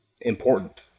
important